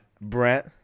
Brent